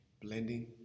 blending